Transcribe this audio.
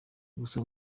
gusa